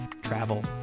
travel